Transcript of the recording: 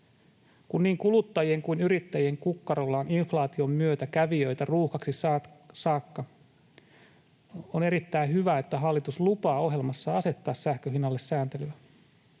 Kun niin kuluttajien kuin yrittä-jien kukkaroilla on inflaation myötä kävijöitä ruuhkaksi saakka, on erittäin hyvä, että hallitus lupaa ohjelmassaan asettaa sähkön hinnalle sääntelyä.